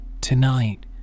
Tonight